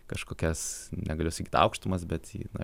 kažkokias negaliu sakyt aukštumas bet į na